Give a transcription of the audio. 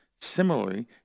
Similarly